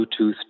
Bluetooth